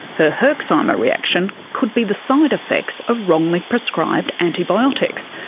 her herxheimer reaction could be the side effects of wrongly prescribed antibiotics,